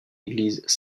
église